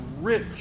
rich